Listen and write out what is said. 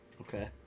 Okay